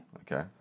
Okay